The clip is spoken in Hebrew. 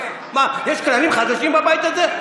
מה, יש כללים חדשים בבית הזה?